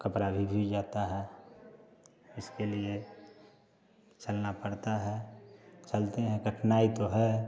कपड़ा भी भीग जाता है इसके लिए चलना पड़ता है चलते हैं कठिनाई तो है